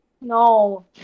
No